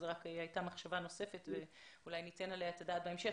זו רק הייתה מחשבה נוספת שאולי ניתן עליה את הדעת בהמשך.